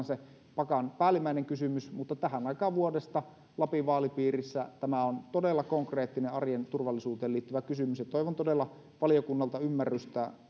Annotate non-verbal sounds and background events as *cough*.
*unintelligible* se pakan päällimmäinen kysymys mutta tähän aikaan vuodesta lapin vaalipiirissä tämä on todella konkreettinen arjen turvallisuuteen liittyvä kysymys toivon todella valiokunnalta ymmärrystä *unintelligible*